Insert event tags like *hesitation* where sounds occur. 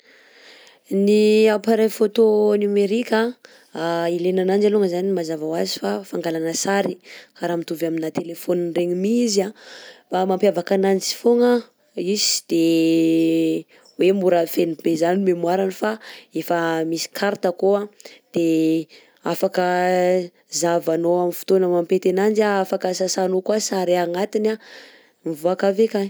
Ny appareil photo numérique an ilena ananjy alongany mazava ho azy fa fangalana sary kara mitovy amina téléphone regny mi izy a fa mampiavaka ananjy fogna izy tsy de *hesitation* hoe mora feno be zany memoirany fa efa misy carte akao de afaka zahavanao amin'ny fotoana mampety ananjy, afaka sasanao koà sary agnatiny mivoaka avy akagny.